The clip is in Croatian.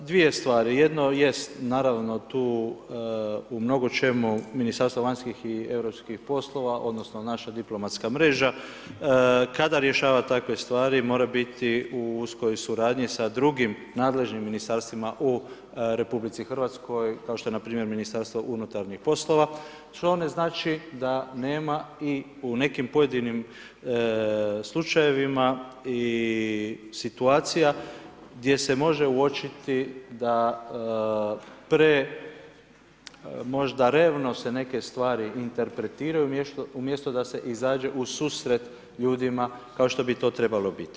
Dvije stvari, jedno jest, naravno tu u mnogo čemu, Ministarstvo vanjskih i europskih poslova, odnosno, naša diplomatska mreža, kada rješava takve stvari mora biti u uskoj suradnji sa drugim nadležnim ministarstvima u RH, kao što je npr. Ministarstvo unutarnjih poslova, što ne znači, da nema u nekim pojedinim slučajevima i situacija, gdje se može uočiti, da pre možda revno se neke stvari interpretiraju, umjesto da se izađe u susret ljudima kao što bi to trebalo biti.